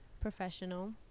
professional